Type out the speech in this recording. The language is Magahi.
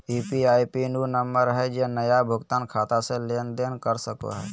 यू.पी.आई पिन उ नंबर हइ जे नया भुगतान खाता से लेन देन कर सको हइ